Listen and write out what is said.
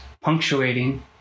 punctuating